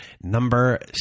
Number